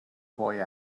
boy